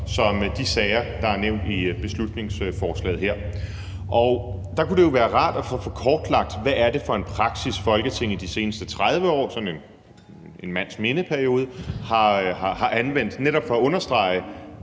som de sager, der er nævnt i beslutningsforslaget her. Og der kunne det jo være rart at få kortlagt, hvad det er for en praksis, Folketinget de seneste 30 år – sådan en mands minde-periode – har anvendt netop for at understrege,